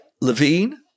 Levine